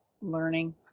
learning